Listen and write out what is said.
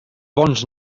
bons